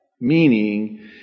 Meaning